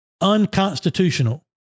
unconstitutional